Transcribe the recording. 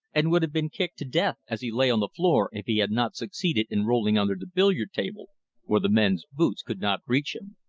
and would have been kicked to death as he lay on the floor if he had not succeeded in rolling under the billiard table where the men's boots could not reach him.